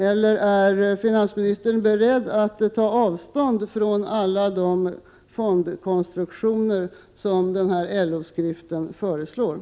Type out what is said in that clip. Eller är finansministern beredd att ta avstånd från alla de fondkonstruktioner som föreslås i denna LO-skrift?